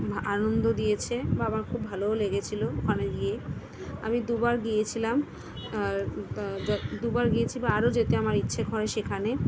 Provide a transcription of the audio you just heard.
ভা আনন্দ দিয়েছে বা আমার খুব ভালোও লেগেছিলো ওখানে গিয়ে আমি দুবার গিয়েছিলাম আর দ দ দুবার গিয়েছি বা আরও যেতে আমার ইচ্ছে করে সেখানে